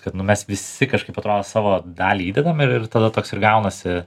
kad nu mes visi kažkaip atrodo savo dalį įdedam ir ir tada toks ir gaunasi